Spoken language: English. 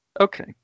okay